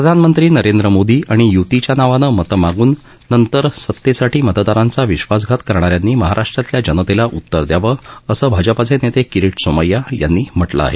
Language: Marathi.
प्रधानमंत्री नरेंद्र मोदी आणि य्तीच्या नावानं मतं मागून नंतर सतेसाठी मतदारांचा विश्वासघात करणाऱ्यांनी महाराष्ट्रातल्या जनतेला उत्तर दयावं असं भाजपाचे नेते किरीट सोमय्या त्यांनी म्हटलं आहे